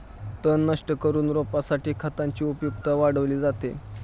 तण नष्ट करून रोपासाठी खतांची उपयुक्तता वाढवली जाते